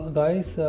guys